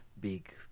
big